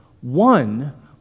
one